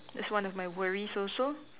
that's one of my worries also